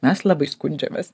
mes labai skundžiamės